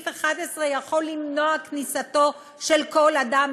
ששר הפנים יכול למנוע כניסתו של כל אדם,